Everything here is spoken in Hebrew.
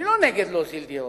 אני לא נגד להוזיל דירות,